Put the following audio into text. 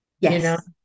Yes